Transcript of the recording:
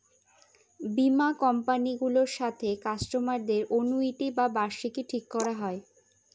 বীমা কোম্পানি গুলোর সাথে কাস্টমারদের অনুইটি বা বার্ষিকী ঠিক করা হয়